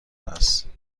است